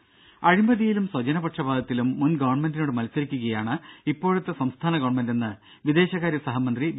രും അഴിമതിയിലും സ്വജന പക്ഷപാതത്തിലും മുൻ ഗവൺമെന്റിനോട് മത്സരിക്കുകയാണ് ഇപ്പോഴത്തെ സംസ്ഥാന ഗവൺമെന്റെന്ന് വിദേശകാര്യ സഹമന്ത്രി വി